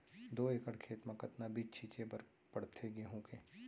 दो एकड़ खेत म कतना बीज छिंचे बर पड़थे गेहूँ के?